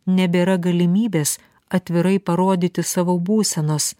nebėra galimybės atvirai parodyti savo būsenos